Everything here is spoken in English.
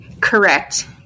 Correct